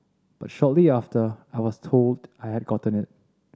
but shortly after I was told I had gotten it